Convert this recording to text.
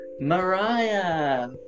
mariah